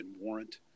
Warrant